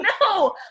No